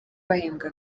bahembwa